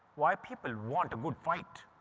why? people want a good fight.